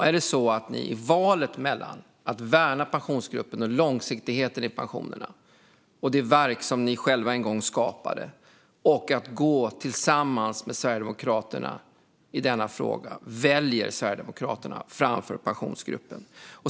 Är det så att ni, när det gäller att värna Pensionsgruppen och långsiktigheten i pensionerna och det verk som ni själva en gång skapade, väljer att gå ihop med Sverigedemokraterna i denna fråga och att ni väljer Sverigedemokraterna framför Pensionsgruppen?